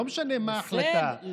לא משנה מה ההחלטה.